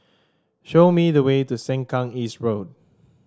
show me the way to Sengkang East Road